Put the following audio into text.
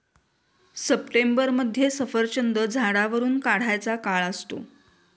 सप्टेंबरमध्ये सफरचंद झाडावरुन काढायचा काळ असतो